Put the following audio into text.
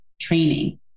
training